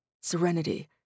Serenity